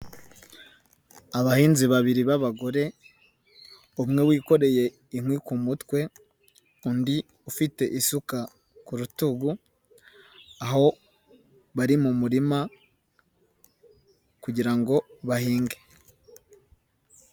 Abahinzi babiri b'abagore, umwe wikoreye inkwi ku mutwe, undi ufite isuka ku rutugu, aho bari mu murima kugira ngo bahinge.